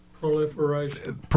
Proliferation